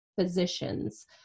physicians